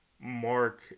Mark